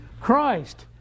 Christ